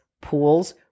pools